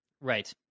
Right